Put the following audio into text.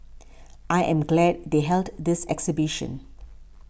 I am glad they held this exhibition